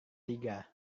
tiga